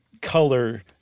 color